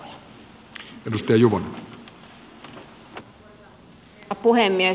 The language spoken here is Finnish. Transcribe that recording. arvoisa herra puhemies